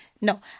No